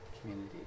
community